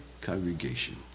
congregation